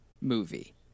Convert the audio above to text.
movie